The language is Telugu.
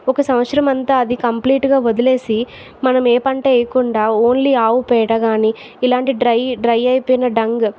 ఒక సంవత్సరం అంతా అది కంప్లీట్ గా వదిలేసి మనం ఏ పంట వేయకుండా ఓన్లీ ఆవు పేడ గాని ఇలాంటి డ్రై డ్రై అయిపోయిన డంగ్